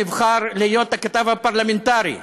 שנבחר להיות הכתב הפרלמנטרי.